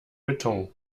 beton